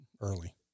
early